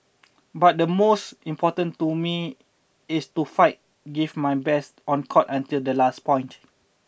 but the most important to me it's to fight give my best on court until the last point